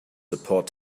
support